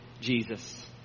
Jesus